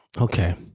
Okay